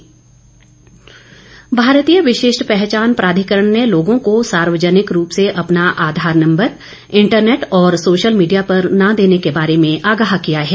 आधार भारतीय विशिष्ट पहचान प्राधिकरण ने लोगों को सार्वजनिक रूप से अपना आधार नम्बर इंटरनेट और सोशल मीडिया पर न देने के बारे में आगाह किया है